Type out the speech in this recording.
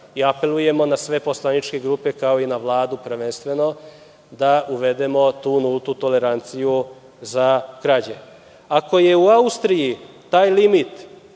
i apelujemo na sve poslaničke grupe kao i na Vladu, prvenstveno da uvedemo tu nultu toleranciju za krađe. Ako je u Austriji taj limit